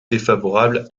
défavorable